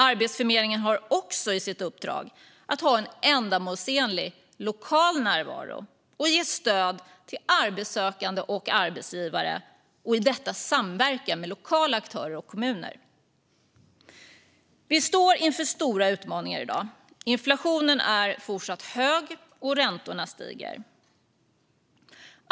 Arbetsförmedlingen har också i uppdrag att ha en ändamålsenlig lokal närvaro och ge stöd till arbetssökande och arbetsgivare i samverkan med lokala aktörer och kommuner. Vi står inför stora utmaningar i dag. Inflationen är fortsatt hög, och räntorna stiger.